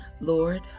Lord